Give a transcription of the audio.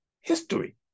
history